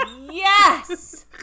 yes